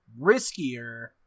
Riskier